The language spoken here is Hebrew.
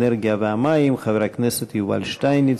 האנרגיה והמים חבר הכנסת יובל שטייניץ.